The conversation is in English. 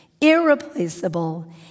irreplaceable